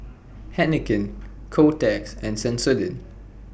Heinekein Kotex and Sensodyne